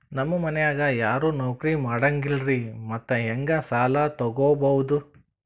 ನಮ್ ಮನ್ಯಾಗ ಯಾರೂ ನೌಕ್ರಿ ಮಾಡಂಗಿಲ್ಲ್ರಿ ಮತ್ತೆಹೆಂಗ ಸಾಲಾ ತೊಗೊಬೌದು?